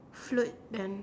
float and